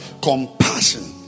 compassion